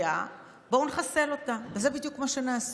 מפריעה, בואו נחסל אותה, וזה בדיוק מה שנעשה.